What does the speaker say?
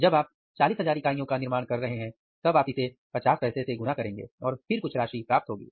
जब आप 40000 इकाइयों का निर्माण कर रहे हैं तब आप इसे 50 पैसे से गुणा करेंगे और फिर कुछ राशि प्राप्त होगी